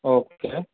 okay